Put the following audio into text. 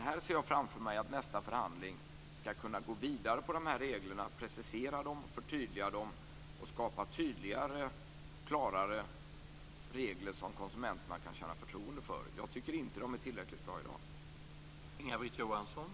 Här ser jag framför mig att vi i nästa förhandling skall kunna gå vidare med de här reglerna, precisera dem och förtydliga dem, att vi skall skapa tydligare och klarare regler, som konsumenterna kan känna förtroende för. Jag tycker inte att de är tillräckligt bra i dag.